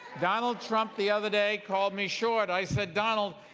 donald trump the other day called me short. i said donald,